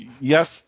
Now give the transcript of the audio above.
Yes